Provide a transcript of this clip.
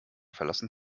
verlassen